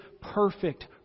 perfect